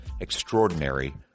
extraordinary